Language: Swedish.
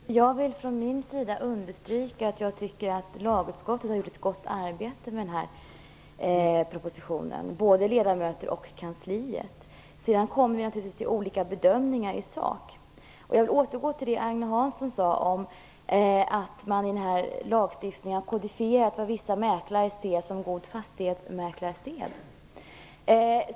Fru talman! Jag vill från min sida understryka att lagutskottet har gjort ett gott arbete med propositionen, både ledamöter och kansliet. Sedan gör vi naturligtvis olika bedömningar i sak. Jag vil återgå till det Agne Hansson sade om att man i förslaget till lagstiftning har kodifierat vad vissa mäklare ser som god fastighetsmäklarsed.